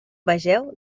vegeu